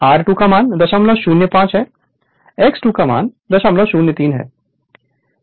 R2 005 है X2 यहाँ 003 Ω है